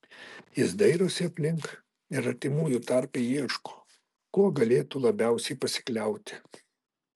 jis dairosi aplink ir artimųjų tarpe ieško kuo galėtų labiausiai pasikliauti